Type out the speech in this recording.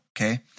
okay